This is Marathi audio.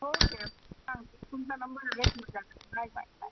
ओके सांगते तुमचा नंबर आहे तुमचा बाय बाय बाय